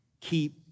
Keep